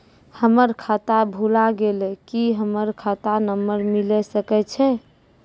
हमर खाता भुला गेलै, की हमर खाता नंबर मिले सकय छै?